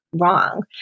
wrong